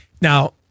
now